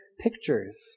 pictures